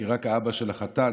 רק האבא של החתן,